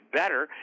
better